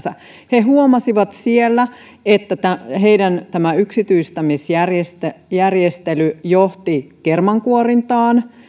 he huomasivat siellä että tämä yksityistämisjärjestely johti kermankuorintaan